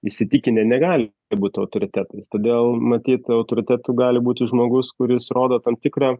įsitikinę negali būt autoritetais todėl matyt autoritetu gali būti žmogus kuris rodo tam tikrą